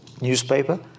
newspaper